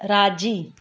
राज़ी